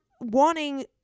wanting